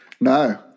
No